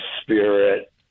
spirit